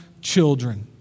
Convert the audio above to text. children